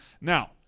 Now